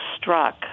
struck